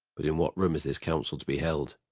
but in what room is this council to be held?